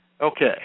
Okay